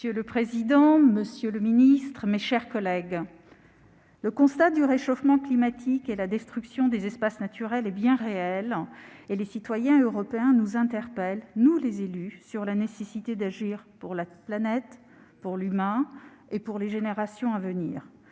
Monsieur le président, monsieur le secrétaire d'État, mes chers collègues, le constat du réchauffement climatique et de la destruction des espaces naturels est réel. Les citoyens européens nous interpellent, nous, les élus, sur la nécessité d'agir pour la planète, pour l'humanité et pour les générations à venir.